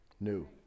New